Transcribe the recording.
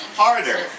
harder